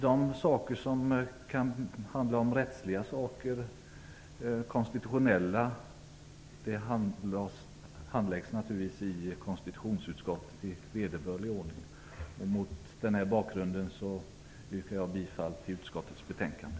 Det som handlar om rättsliga och konstitutionella saker handläggs naturligtvis i konstitutionsutskottet i vederbörlig ordning. Mot den bakgrunden yrkar jag bifall till hemställan i utskottets betänkande.